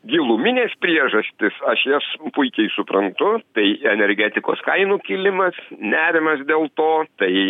giluminės priežastys aš jas puikiai suprantu tai energetikos kainų kilimas nerimas dėl to tai